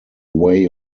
way